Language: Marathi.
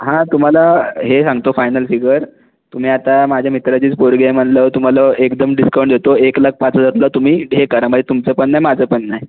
हां तुम्हाला हे सांगतो फायनल फिगर तुम्ही आता माझ्या मित्राचीच पोरगी आहे म्हणल्यावर तुम्हाला एकदम डिस्काउंट देतो एक लाख पाच हजारातलं तुम्ही हे करा म्हणजे तुमचं पण नाही माझं पण नाही